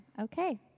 Okay